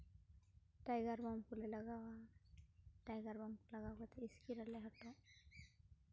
tiger Balm ᱠᱚᱞᱮ ᱞᱟᱜᱟᱣᱟ Tiger Balm ᱠᱚ ᱞᱟᱜᱟᱣ ᱠᱟᱛᱮᱫ ᱤᱥᱠᱤᱨ ᱟᱞᱮ ᱦᱚᱴᱚᱜ